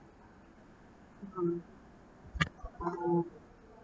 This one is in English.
mm oh